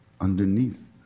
underneath